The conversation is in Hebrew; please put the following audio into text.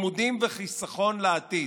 לימודים וחיסכון לעתיד,